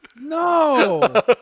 No